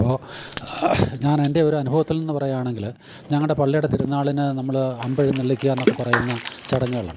അപ്പോൾ ഞാൻ എൻ്റെ ഒരു അനുഭവത്തിൽ നിന്ന് പറയാണെങ്കിൽ ഞങ്ങളുടെ പള്ളിടെ തിരുനാളിന് നമ്മൾ അമ്പെഴുന്നള്ളിക്കാന്നൊക്കെ പറയുന്ന ചടങ്ങുകളുണ്ട്